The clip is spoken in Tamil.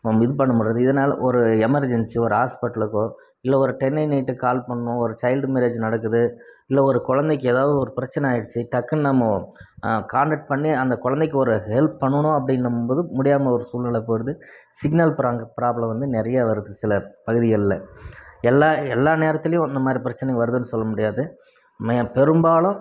நம்ம இது பண்ண முடியல இதனால் ஒரு எமெர்ஜென்சி ஒரு ஹாஸ்ப்பிட்டலுக்கோ இல்லை ஒரு கால் பண்ணணும் ஒரு சைல்ட் மேரேஜ் நடக்குது இல்லை ஒரு கொழந்தைக்கு எதாவது ஒரு பிரச்சனை ஆயிடுச்சு டக்குன்னு நம்ம கான்டக்ட் பண்ணி அந்த குழந்தைக்கு ஒரு ஹெல்ப் பண்ணணும் அப்படின்னும்போது முடியாமல் ஒரு சூழ்நிலை போய்டுது சிக்னல் ப்ராப்ளம் வந்து நிறைய வருது சில பகுதிகளில் எல்லா எல்லா நேரத்திலையும் இந்த மாதிரி பிரச்சனை வருதுன்னு சொல்லமுடியாது பெரும்பாலும்